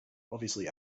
obviously